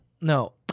No